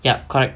yup correct